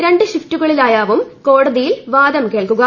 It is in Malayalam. രണ്ടു ഷിഫ്റ്റുകളായാവും കോടതിയിൽ വാദം കേൾക്കുക